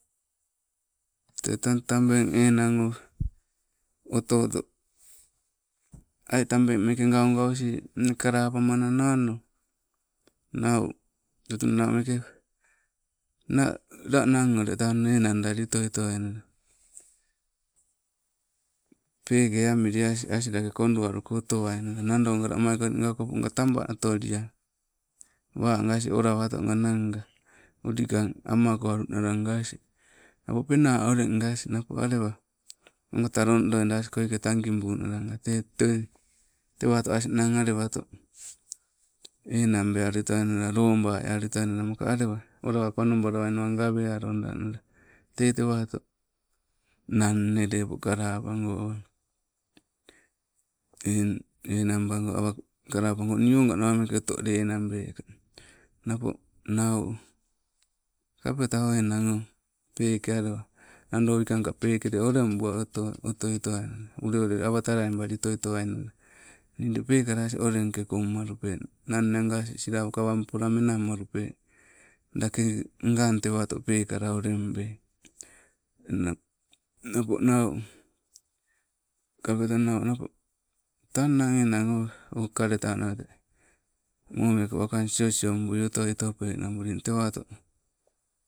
Tee tang tabeng enang o oto oto aii, tabeng meke gaugasi, nne kalapamanang o ono, nau, tutu nameke, la nang ule tang enandali otoitowainala. Peke amili aslake koduwaluko otowainala nado nga kamaikolinga okoponga taba otowai, wa nga asin, napo olawato nga nanga, ulikan amakoalunalan ga asin, nappo alewa, ogata lonloida koike tagibunala maka alewa, olowa panobalawainawa gawa alodanna, tee tewato. Nang nne leppo kalapago oh, eng, enangbago awa, kalapago nii oga nawameke oto lenabeka. Napo nau kapeta o enang o, peeke alewa nando wikangka peeke, olembua oto otoi towainna, ule ulei awa talaimbali otoi toaina, nii ule pekala asin olenkoke kom alupe, nang aga silapoka, awa menamu alupe, lake ngan tewato pekala ngan olembei. Nap napo nau, kapeta nau tang, enang oh, kaleta nawete, momiako wakan sesembui oto topenabulin.